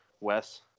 Wes